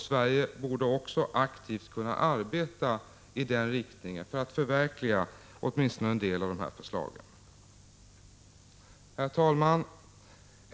Sverige borde aktivt kunna arbeta i den riktningen för att förverkliga åtminstone en del av dessa förslag. Herr talman!